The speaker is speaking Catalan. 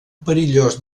perillós